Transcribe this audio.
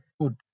good